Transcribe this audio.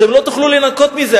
אתם לא תוכלו להינקות מזה.